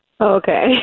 Okay